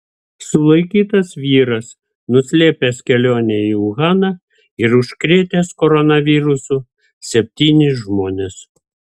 sulaikytas vyras nuslėpęs kelionę į uhaną ir užkrėtęs koronavirusu septynis žmones